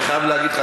אני חייב להגיד לך,